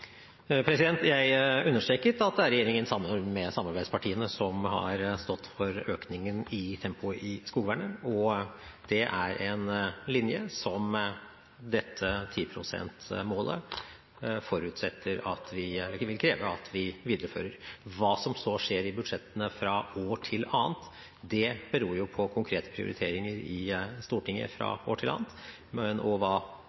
Jeg understreket at det er regjeringen sammen med samarbeidspartiene som har stått for økningen i tempoet i skogvernet, og det er en linje som dette 10 pst.-målet vil kreve at vi viderefører. Hva som så skjer i budsjettene fra år til annet, beror på konkrete prioriteringer i Stortinget fra år til annet og